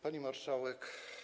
Pani Marszałek!